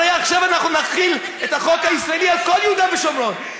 הרי עכשיו אנחנו נחיל את החוק הישראלי על כל יהודה ושומרון.